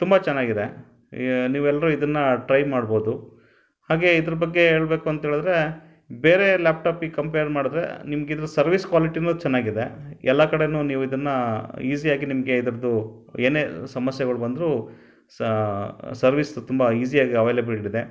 ತುಂಬ ಚೆನ್ನಾಗಿದೆ ನೀವೆಲ್ಲರೂ ಇದನ್ನ ಟ್ರೈ ಮಾಡ್ಬೋದು ಹಾಗೇ ಇದ್ರ ಬಗ್ಗೆ ಹೇಳಬೇಕು ಅಂತ ಹೇಳಿದ್ರೆ ಬೇರೆ ಲ್ಯಾಪ್ಟಾಪಿಗೆ ಕಂಪೇರ್ ಮಾಡಿದ್ರೆ ನಿಮ್ಗೆ ಇದು ಸರ್ವೀಸ್ ಕ್ವಾಲಿಟಿನೂ ಚೆನ್ನಾಗಿದೆ ಎಲ್ಲ ಕಡೆನೂ ನೀವು ಇದನ್ನ ಈಸಿಯಾಗಿ ನಿಮಗೆ ಇದ್ರದ್ದು ಏನೇ ಸಮಸ್ಯೆಗಳು ಬಂದರೂ ಸರ್ವೀಸು ತುಂಬ ಈಸಿಯಾಗಿ ಅವೇಲೇಬಲಿದೆ